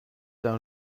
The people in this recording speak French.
d’un